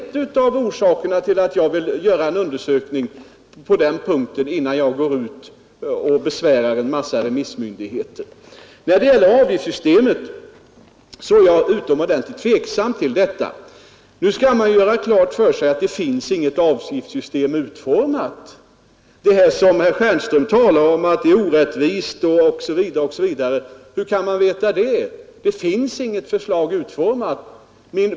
Detta är en av orsakerna till att jag vill göra en undersökning, innan vi besvärar en mängd remissmyndigheter med utredningsförslaget. Jag är utomordentligt tveksam i fråga om avgiftssystemet. Nu måste man emellertid göra klart för sig, att det inte finns något avgiftssystem utformat. Herr Stjernström talar om att ett ifrågasatt system skulle vara orättvist. Hur kan man veta det? Det finns ju inget förslag utformat.